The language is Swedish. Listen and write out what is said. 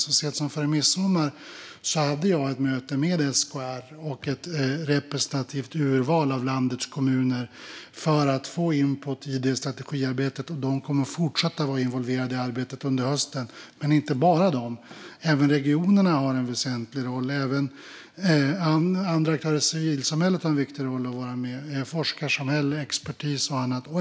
Så sent som före midsommar hade jag ett möte med SKR och ett representativt urval av landets kommuner för att få input i strategiarbetet. De kommer att fortsätta vara involverade i arbetet under hösten, men inte bara de. Även regionerna har en väsentlig roll. Även andra aktörer har en viktig roll - civilsamhället, forskarsamhället, expertis och annat.